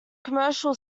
commercial